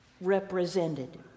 represented